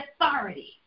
authority